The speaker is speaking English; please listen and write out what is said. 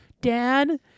dad